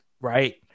Right